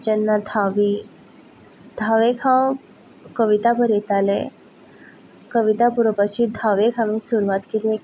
जेन्ना धाव्वी धाव्वेक हांव कविता बरयतालें कविता बरोवपाची धाव्वेक हांवें सुरवात केली